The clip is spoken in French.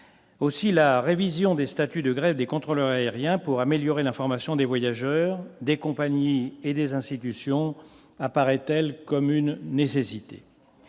aussi la révision des statuts de grève des contrôleurs aériens pour améliorer l'information des voyageurs des compagnies et des institutions apparaît telle comme une nécessité,